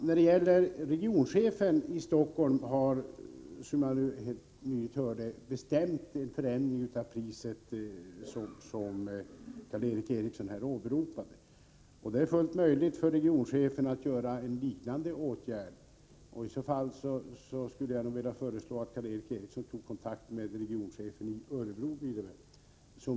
Karl Erik Eriksson åberopar att regionchefen i Stockholm har beslutat om en förändring av ett biljettpris. Det är fullt möjligt för regioncheferna att vidta sådana åtgärder, och jag föreslår att Karl Erik Eriksson tar kontakt med regionchefen i Örebro.